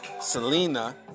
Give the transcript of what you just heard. Selena